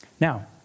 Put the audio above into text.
Now